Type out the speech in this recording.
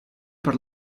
per